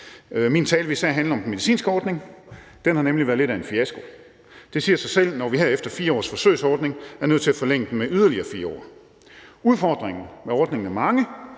Min tale vil især handle om den medicinske ordning. Den har nemlig været lidt af en fiasko. Det siger sig selv, når vi her efter 4 år med forsøgsordningen er nødt til at forlænge den med yderligere 4 år. Udfordringerne med ordningen er mange,